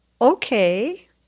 Okay